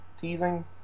teasing